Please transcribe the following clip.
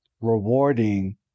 rewarding